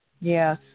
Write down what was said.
Yes